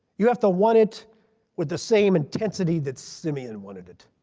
you have to want it with the same intensity that simeon wanted it.